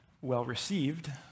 well-received